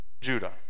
Judah